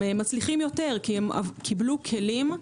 הם מצליחים יותר כי קיבלו כלים.